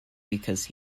because